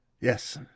Yes